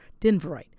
Denverite